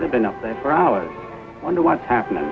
the been up there for hours wonder what's happening